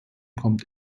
kommt